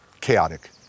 chaotic